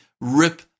rip